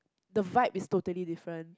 the vibe is totally different